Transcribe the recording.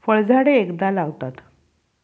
फळझाडे एकदा लावतात